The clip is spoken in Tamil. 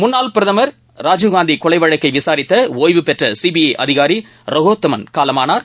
முன்னாள் பிரதம் ராஜீவ்காந்தி கொலைவழக்கை விசாரித்த ஒய்வுபெற்ற சிபிஐ அதிகாரி ரஹோத்தமன் காலமானார்